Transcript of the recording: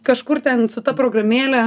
kažkur ten su ta programėle